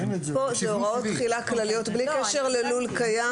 יש גם סייג לתחולה בסעיפים מסוימים בכל מה שנוגע ללולים קיימים,